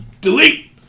Delete